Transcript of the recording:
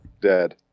Dead